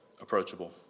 approachable